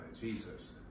Jesus